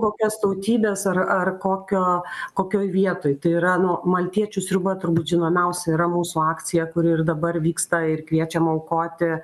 kokios tautybės ar ar kokio kokioj vietoj tai yra nu maltiečių sriuba turbūt žinomiausia yra mūsų akcija kuri ir dabar vyksta ir kviečiam aukoti